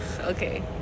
Okay